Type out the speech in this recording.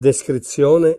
descrizione